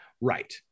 Right